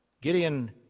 Gideon